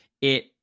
it-